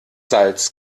salz